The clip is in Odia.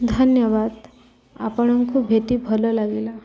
ଧନ୍ୟବାଦ ଆପଣଙ୍କୁ ଭେଟି ଭଲ ଲାଗିଲା